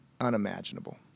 unimaginable